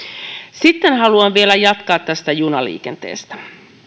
sitten haluan vielä jatkaa tästä junaliikenteestä